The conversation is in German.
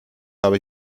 habe